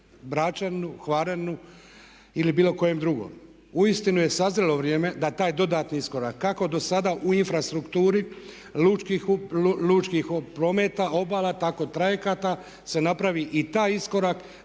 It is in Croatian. Bračaninu, Hvaraninu ili bilo kojem drugom. Uistinu je sazrelo vrijeme da taj dodatni iskorak kako do sada u infrastrukturi lučkih prometa, obala, tako trajekata se napravi i taj iskorak